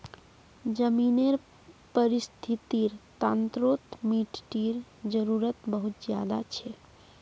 ज़मीनेर परिस्थ्तिर तंत्रोत मिटटीर जरूरत बहुत ज़्यादा छे